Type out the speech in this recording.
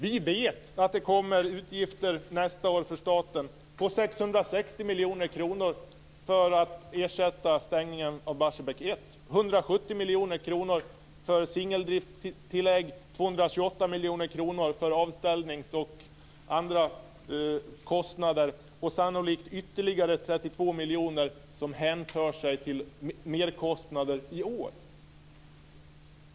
Vi vet att det nästa år kommer utgifter för staten på 660 miljoner kronor för att ersätta stängningen av Barsebäck 1, 170 miljoner kronor för singeldriftstillägg, 228 miljoner kronor för avställningskostnader m.m. och sannolikt ytterligare 32 miljoner som hänför sig till merkostnader i år.